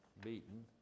beaten